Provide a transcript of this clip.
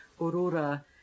aurora